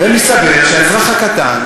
ומסתבר שהאזרח הקטן,